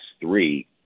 three